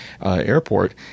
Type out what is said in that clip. Airport